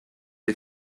est